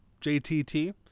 jtt